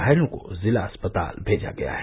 घायलों को जिला अस्पताल भेजा गया है